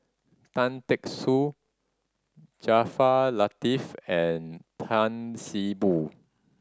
Tan Teck Soon Jaafar Latiff and Tan See Boo